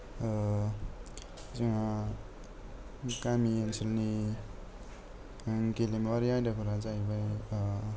जोङो गामि ओनसोलनि गेलेमुआरि आयदाफोरा जाहैबाय